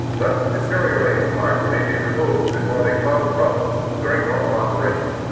thus deteriorating parts may be removed before they cause trouble during normal operation.